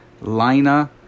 Lina